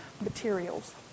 materials